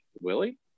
Willie